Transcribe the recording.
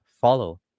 follow